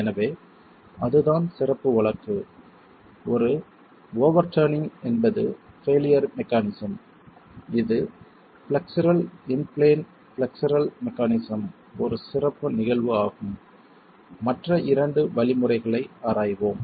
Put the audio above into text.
எனவே அதுதான் சிறப்பு வழக்கு ஒரு ஓவெர்ட்டர்னிங் என்பது பெய்லியர் மெக்கானிஸம் இது flexural in plane flexural mechanism ஒரு சிறப்பு நிகழ்வு ஆகும் மற்ற இரண்டு வழிமுறைகளை ஆராய்வோம்